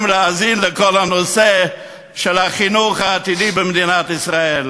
להאזין לכל הנושא של החינוך העתידי במדינת ישראל,